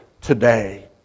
today